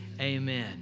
amen